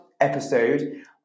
episode